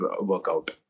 workout